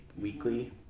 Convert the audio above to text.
weekly